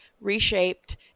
reshaped